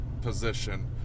position